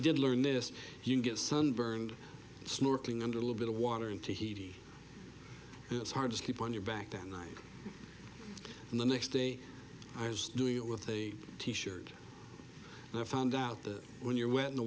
did learn this you get sunburned snorkeling under a little bit of water in tahiti it's hard to keep on your back that night and the next day i was doing it with a t shirt and i found out that when you're wet in the